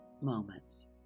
moments